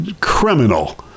criminal